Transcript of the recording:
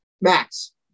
Max